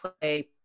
play